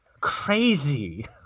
Crazy